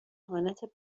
اهانت